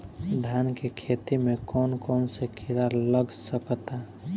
धान के खेती में कौन कौन से किड़ा लग सकता?